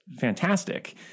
fantastic